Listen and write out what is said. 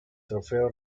trofeo